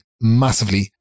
massively